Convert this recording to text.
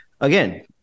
again